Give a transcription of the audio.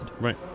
Right